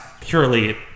purely